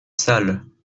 sale